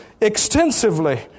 extensively